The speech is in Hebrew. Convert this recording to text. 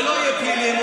זה לא יהיה פלילי,